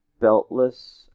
beltless